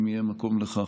אם יהיה מקום לכך,